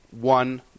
one